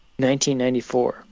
1994